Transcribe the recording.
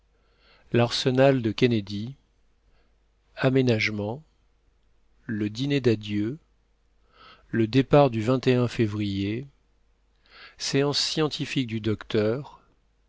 l'arsenal de kennedy aménagements le dîner dadieu le départ du février séances scientifiques du docteur